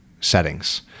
settings